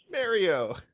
Mario